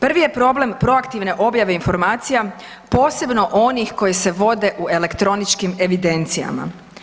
Prvi je problem proaktivne objave informacija, posebno onih koji se vode u elektroničkim evidencijama.